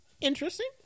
Interesting